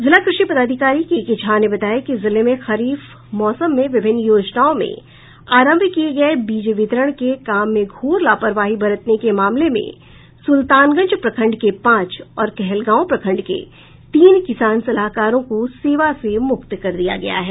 जिला कृषि पदाधिकारी केकेझा ने बताया कि जिले में खरीफ मौसम में विभिन्न योजनाओं में आरंभ किये गए बीज वितरण के काम में घोर लापरवाही बरतने के मामले में सुल्तानगंज प्रखंड के पांच और कहलगांव प्रखंड के तीन किसान सलाहकारों को सेवा से मुक्त कर दिया गया है